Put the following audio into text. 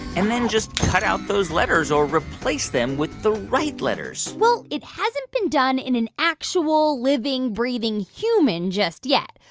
and then just cut out those letters or replace them with the right letters well, it hasn't been done in an actual living, breathing human just yet.